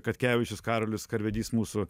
katkevičius karolis karvedys mūsų